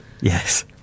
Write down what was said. Yes